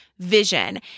vision